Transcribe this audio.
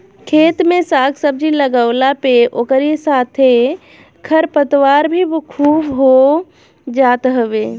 खेत में साग सब्जी लगवला पे ओकरी साथे खरपतवार भी खूब हो जात हवे